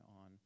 on